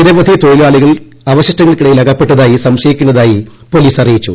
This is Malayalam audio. നിരവധി തൊഴിലാളികൾ അവശിഷ്ടങ്ങൾക്കിടയിൽ അകപ്പെട്ടതായി സംശയിക്കുന്നതായി പോലീസ് അറിയിച്ചു